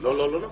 לא, לא נכון.